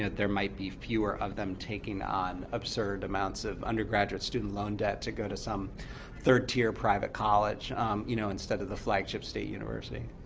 there might be fewer of them taking on absurd amounts of undergraduate student loan debt to go to some third-tier private college you know instead of the flagship state university.